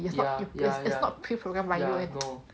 it's not it's not preprogrammed by you